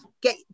get